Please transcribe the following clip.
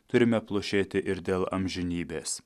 turime plušėti ir dėl amžinybės